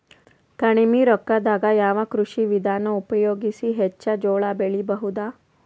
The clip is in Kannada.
ಕಡಿಮಿ ರೊಕ್ಕದಾಗ ಯಾವ ಕೃಷಿ ವಿಧಾನ ಉಪಯೋಗಿಸಿ ಹೆಚ್ಚ ಜೋಳ ಬೆಳಿ ಬಹುದ?